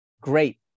great